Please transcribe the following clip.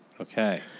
Okay